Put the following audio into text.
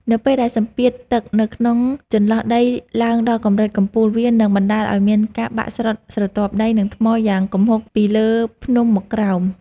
នៅពេលដែលសម្ពាធទឹកនៅក្នុងចន្លោះដីឡើងដល់កម្រិតកំពូល វានឹងបណ្ដាលឱ្យមានការបាក់ស្រុតស្រទាប់ដី និងថ្មយ៉ាងគំហុកពីលើភ្នំមកក្រោម។